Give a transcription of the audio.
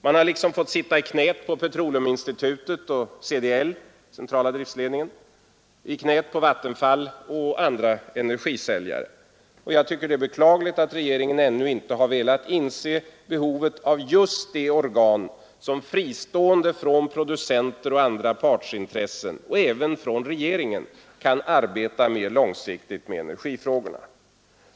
Man har liksom fått sitta i knät på Petroleuminstitutet och CDL, på Vattenfall och andra energisäljare. Jag tycker att det är beklagligt att regeringen ännu inte velat inse behovet av just det organ som fristående från producenter och andra partsintressen — och även från regeringen — kan arbeta långsiktigt med energifrågorna.